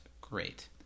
great